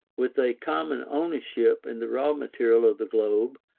with a common ownership in the raw material of the globe,